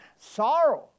sorrow